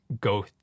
go